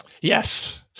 Yes